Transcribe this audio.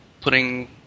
putting